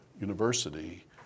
university